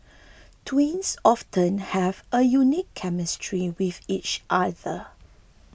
twins often have a unique chemistry with each other